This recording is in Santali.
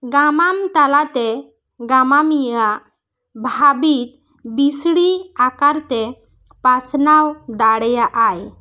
ᱜᱟᱢᱟᱢ ᱛᱟᱞᱟ ᱛᱮ ᱜᱟᱢᱟᱢᱤᱭᱟᱹᱣᱟᱜ ᱵᱷᱟᱹᱵᱤᱛ ᱵᱤᱥᱲᱤ ᱟᱠᱟᱨ ᱛᱮ ᱯᱟᱥᱱᱟᱣ ᱫᱟᱲᱮᱭᱟᱜᱼᱟᱭ